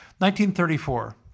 1934